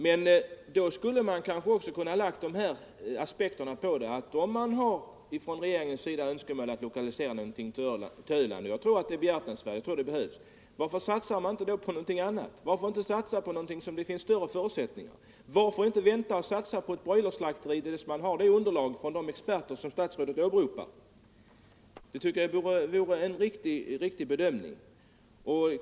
Man skulle kanske också ha kunnat anlägga den här aspekten på problemet: Om regeringen önskar lokalisera någonting till Öland — och jag tror att det är behövligt och behjärtansvärt — varför inte satsa på någonting annat, som har bättre förutsättningar? Varför inte vänta med att satsa på ett broilerslakteri tills man har fått underlag från de experter som statsrådet åberopar? Det tycker jag vore en riktig bedömning.